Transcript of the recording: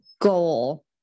goal